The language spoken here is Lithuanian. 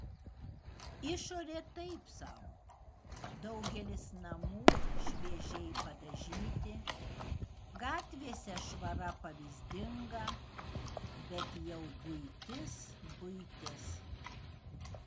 išorė taip sau daugelis namų šviežiai padažyti gatvėse švara pavyzdinga bet jau buitis buitis